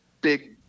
big